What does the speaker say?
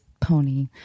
pony